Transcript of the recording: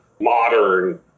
modern